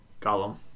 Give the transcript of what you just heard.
Gollum